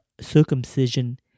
circumcision